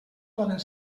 poden